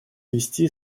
вести